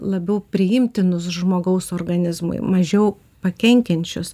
labiau priimtinus žmogaus organizmui mažiau pakenkiančius